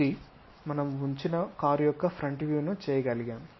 ఇది మనం ఉంచిన కారు యొక్క ఫ్రంట్ వ్యూ ను చేయగలిగాము